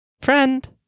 Friend